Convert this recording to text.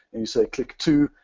and you say click two,